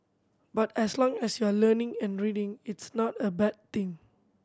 but as long as you are learning and reading it's not a bad thing